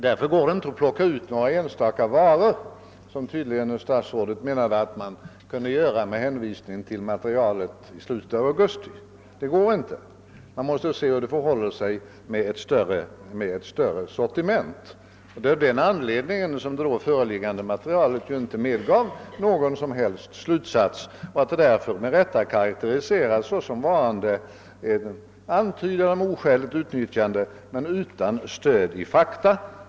Därför går det inte att plocka ut några enstaka varor, vilket tydligen statsrådet menade att man kunde göra, med hänvisning till materialet i slutet av augusti. Man måste se hur det förhåller sig med ett större sortiment. Det var av den anledningen som det föreliggande materialet inte medgav någon som helst slutsats, och det var därför som undersökningsuppdraget med rätta karakteriserades såsom varande en antydan om oskäligt utnyttjande — men utan stöd av fakta.